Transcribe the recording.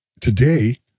today